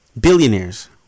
billionaires